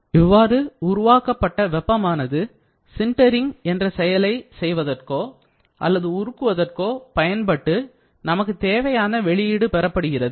இவ்வாறு உருவாக்கப்பட்ட வெப்பமானது சின்டரிங் என்ற செயலை செய்வதற்கோ அல்லது உருக்குவதற்கோ பயன்படுத்தப்பட்டு நமக்கு தேவையான வெளியீடு பெறப்படுகிறது